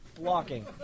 Blocking